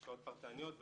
שעות פרטניות,